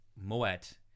Moet